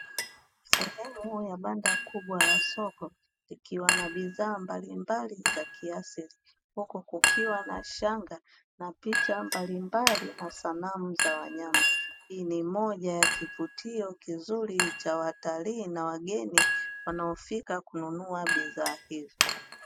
Sehemu ya banda kubwa la soko ikiwa na bidhaa mbalimbali za kiasili, huku kukiwa na shanga na picha mbalimbali na sanamu za wanyama. Hhii ni moja ya kivutio kizuri cha watalii na wageni wanaofika kununua bidhaa hizo.